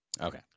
Okay